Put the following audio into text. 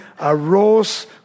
arose